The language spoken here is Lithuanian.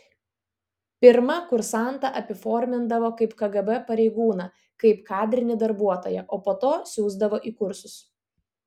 pirma kursantą apiformindavo kaip kgb pareigūną kaip kadrinį darbuotoją o po to siųsdavo į kursus